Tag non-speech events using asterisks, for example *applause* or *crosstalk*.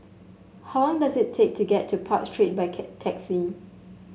how long does it take to get to Park Street by *unintelligible* taxi